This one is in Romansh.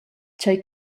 tgei